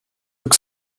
look